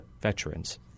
veterans